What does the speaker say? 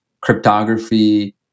cryptography